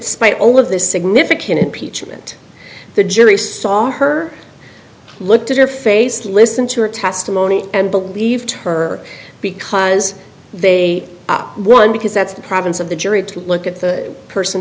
spite all of this significant impeachment the jury saw her looked at her face listened to her testimony and believed her because they up one because that's the province of the jury to look at the person